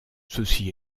ceci